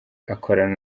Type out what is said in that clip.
akorana